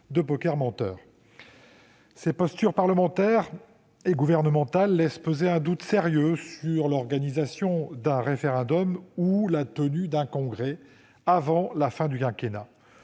de poker menteur. Ces postures parlementaires et gouvernementales font peser un doute sérieux sur l'organisation d'un référendum ou la tenue d'un Congrès avant la fin du quinquennat.